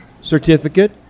Certificate